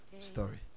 story